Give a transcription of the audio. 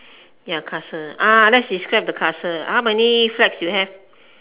ya castle ah let's describe the castle how many flags you have